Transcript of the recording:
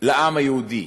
לעם היהודי.